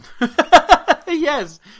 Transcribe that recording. Yes